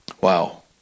Wow